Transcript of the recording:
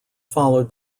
followed